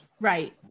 Right